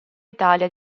italia